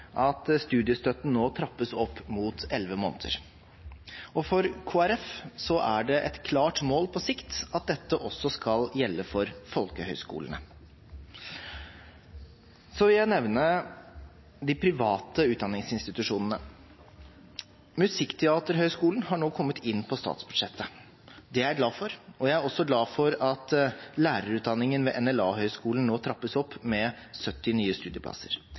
et klart mål at dette også skal gjelde for folkehøyskolene. Så vil jeg nevne de private utdanningsinstitusjonene. Musikkteaterhøyskolen har nå kommet inn på statsbudsjettet, det er jeg glad for, og jeg er også glad for at lærerutdanningen ved NLA Høgskolen nå trappes opp med 70 nye studieplasser.